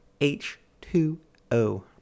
H2O